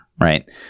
right